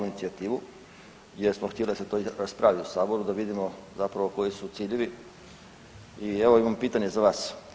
inicijativu jer smo htjeli da se to raspravi u saboru da vidimo zapravo koji su ciljevi i evo imam pitanje za vas.